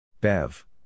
Bev